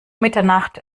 mitternacht